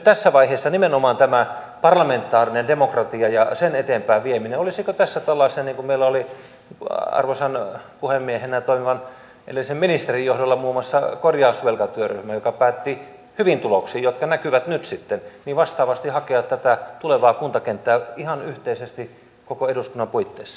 tässä vaiheessa nimenomaan tämä parlamentaarinen demokratia ja on monta ulottuvuutta mutta kun meillä oli arvoisan puhemiehenä toimivan edellisen ministerin johdolla muun muassa korjausvelkatyöryhmä joka päätyi hyviin tuloksiin jotka nyt sitten näkyvät niin olisiko nyt tässä vaiheessa nimenomaan tämä parlamentaarinen demokratia ja sen eteenpäinvieminen tällainen keino vastaavasti hakea tätä tulevaa kuntakenttää ihan yhteisesti koko eduskunnan puitteissa